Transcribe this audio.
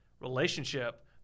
relationship